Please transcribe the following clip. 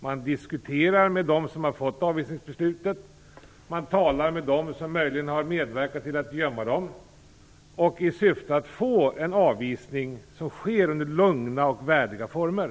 Man diskuterar med dem som har fått avvisningsbeslutet, och man talar med dem som möjligen har medverkat till att gömma dem det gäller i syfte att få en avvisning som sker under lugna och värdiga former.